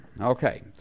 Okay